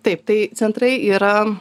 taip tai centrai yra